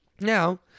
now